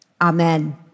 Amen